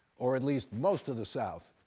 or at least most of the south.